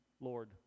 Lord